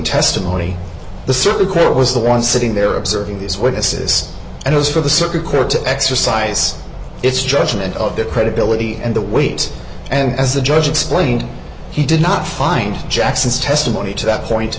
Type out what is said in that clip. testimony the circuit court was the one sitting there observing these witnesses and as for the circuit court to exercise its judgment of the credibility and the weight and as the judge explained he did not find jackson's testimony to that point